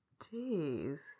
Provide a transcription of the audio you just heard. Jeez